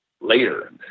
later